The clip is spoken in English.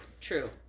true